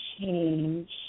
change